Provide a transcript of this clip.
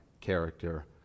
character